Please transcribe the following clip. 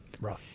Right